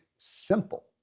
Simple